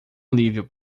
alívio